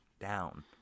down